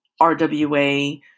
RWA